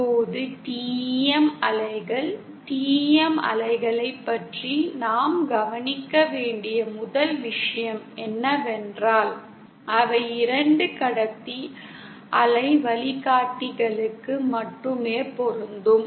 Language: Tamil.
இப்போது TEM அலைகள் TEM அலைகளைப் பற்றி நாம் கவனிக்க வேண்டிய முதல் விஷயம் என்னவென்றால் அவை 2 கடத்தி அலை வழிகாட்டிகளுக்கு மட்டுமே பொருந்தும்